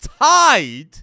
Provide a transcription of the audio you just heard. tied